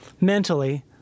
mentally